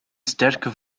sterke